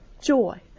joy